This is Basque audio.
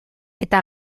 eta